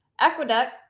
aqueduct